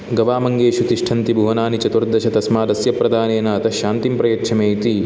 गवामङ्गेषु तिष्ठन्ति भुवनानि चतुर्दश तस्मादस्य प्रदानेन अतः शान्तिं प्रयच्छ मे इति